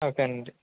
ఓకేనండి